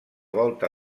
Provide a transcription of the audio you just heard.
volta